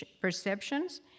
perceptions